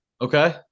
okay